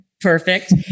Perfect